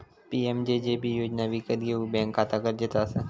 PMJJB योजना विकत घेऊक बॅन्क खाता गरजेचा असा